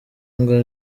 ngo